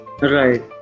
Right